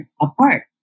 apart